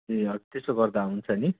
ए हजुर त्यसो गर्दा हुन्छ नि